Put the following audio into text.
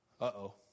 Uh-oh